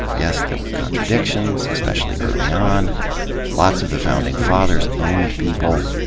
yes, there were contradictions, especially early on lots of the founding fathers owned people.